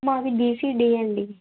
మాది బీసీడీ అండి